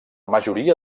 majoria